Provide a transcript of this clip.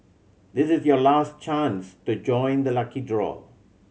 this is your last chance to join the lucky draw